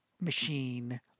Machine